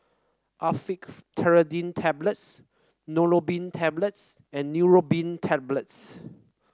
Actifed Triprolidine Tablets Neurobion Tablets and Neurobion Tablets